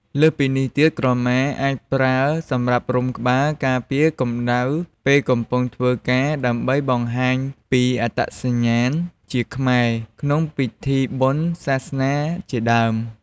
លើសពីនេះទៀត ក្រមាអាចប្រើសម្រាប់រុំក្បាល ការពារកម្ដៅពេលកំពុងធ្វើការ ដើម្បីបង្ហាញពីអត្តសញ្ញាណជាខ្មែរ ក្នុងពិធីបុណ្យសាសនាជាដើម។